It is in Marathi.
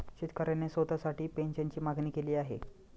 शेतकऱ्याने स्वतःसाठी पेन्शनची मागणी केली आहे